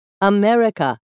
America